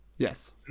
Yes